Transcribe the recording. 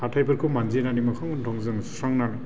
हाथायफोरखौ मानजिनानै मोखां गनथं जों सुस्रांनानै